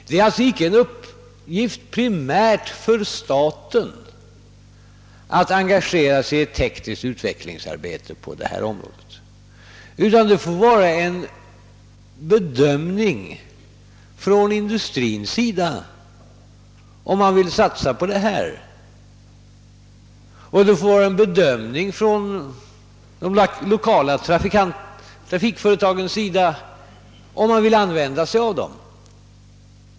Det är alltså icke en uppgift primärt för staten att engagera sig i ett tekniskt utvecklingsarbete på detta område, utan det bör vara en bedömning från industrins sida om man vill satsa på detta och en bedömning från de lokala trafikföretagens sida om man vill använda sig av svävare.